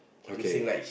okay